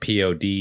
POD